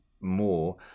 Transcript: more